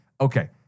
Okay